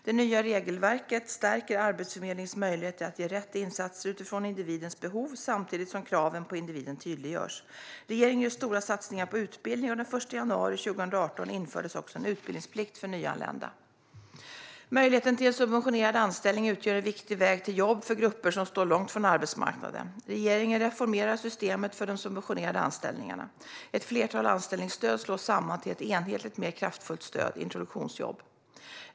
Det nya regelverket stärker Arbetsförmedlingens möjligheter att ge rätt insatser utifrån individens behov samtidigt som kraven på individen tydliggörs. Regeringen gör stora satsningar på utbildning, och den 1 januari 2018 infördes också en utbildningsplikt för nyanlända. Möjligheten till en subventionerad anställning utgör en viktig väg till jobb för grupper som står långt från arbetsmarknaden. Regeringen reformerar systemet för de subventionerade anställningarna. Ett flertal anställningsstöd slås samman till ett enhetligt och mer kraftfullt stöd - introduktionsjobb.